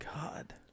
God